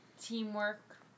teamwork